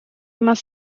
más